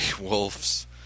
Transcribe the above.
Wolves